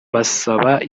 basaba